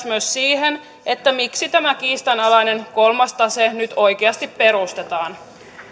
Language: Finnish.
myös siihen miksi tämä kiistanalainen kolmas tase nyt oikeasti perustetaan